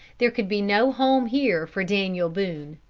there could be no home here for daniel boone.